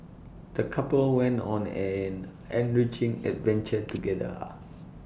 the couple went on an enriching adventure together